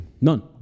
None